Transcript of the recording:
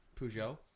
Peugeot